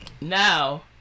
Now